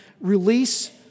Release